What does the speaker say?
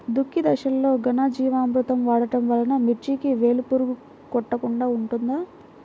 దుక్కి దశలో ఘనజీవామృతం వాడటం వలన మిర్చికి వేలు పురుగు కొట్టకుండా ఉంటుంది?